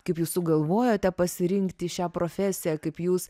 kaip jūs sugalvojote pasirinkti šią profesiją kaip jūs